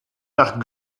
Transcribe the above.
nach